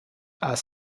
are